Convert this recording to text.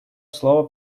слово